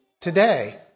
today